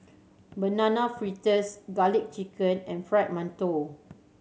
Banana Fritters Garlic Chicken and Fried Mantou